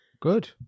Good